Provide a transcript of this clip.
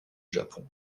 japon